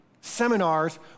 seminars